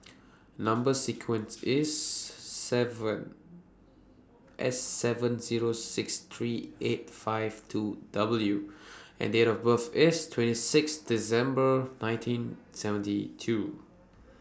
Number sequence IS seven S seven Zero six three eight five two W and Date of birth IS twenty six December nineteen seventy two